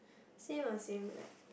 same ah same like